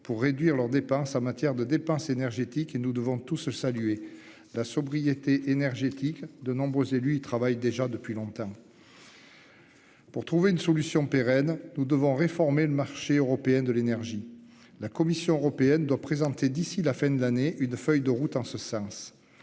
pour réduire leurs dépenses en matière de dépenses énergétiques et nous devons tous se saluer la sobriété énergétique. De nombreux élus y travaille déjà depuis longtemps.-- Pour trouver une solution pérenne. Nous devons réformer le marché européen de l'énergie. La Commission européenne doit présenter d'ici la fin de l'année une feuille de route en ce sens